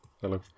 hello